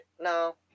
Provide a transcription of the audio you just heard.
no